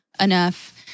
enough